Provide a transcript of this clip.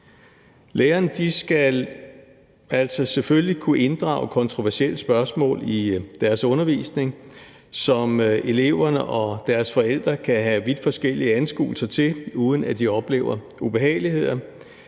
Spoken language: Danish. Lærerne skal selvfølgelig kunne inddrage kontroversielle spørgsmål i deres undervisning, som eleverne og deres forældre kan have vidt forskellige anskuelser af, uden at de oplever ubehageligheder.